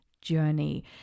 journey